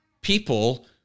people